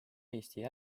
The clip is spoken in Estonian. eesti